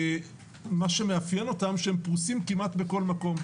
ומה שמאפיין אותם הוא שהם פרוסים כמעט בכל מקום,